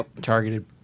targeted